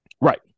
right